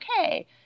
okay